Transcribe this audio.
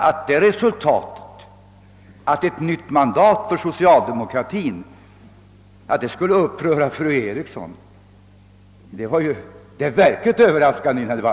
Men att ett nytt mandat för socialdemokraterna skulle uppröra fru Eriksson, det var det verkligt överraskande i denna debatt.